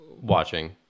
watching